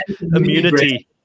immunity